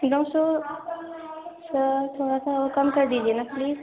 دو سو سر تھوڑا سا اور کم کر دیجیے نا پلیز